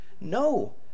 No